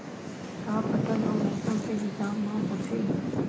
का फसल ह मौसम के हिसाब म होथे?